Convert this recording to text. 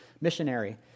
missionary